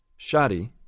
Shadi